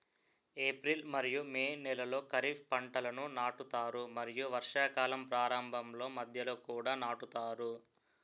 April మరియు May నెలలో ఖరీఫ్ పంటలను నాటుతారు మరియు వర్షాకాలం ప్రారంభంలో మధ్యలో కూడా నాటుతారు